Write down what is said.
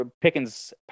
Pickens